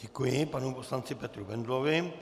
Děkuji panu poslanci Petru Bendlovi.